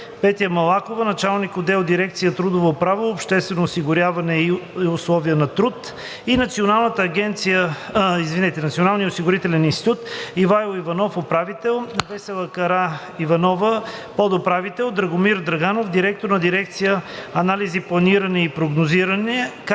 Петя Малакова – началник-отдел в дирекция „Трудова право, обществено осигуряване и условия на труд“, и от Националния осигурителен институт: Ивайло Иванов – управител, Весела Караиванова – подуправител, Драгомир Драганов – директор на дирекция „Анализи, планиране и прогнозиране“,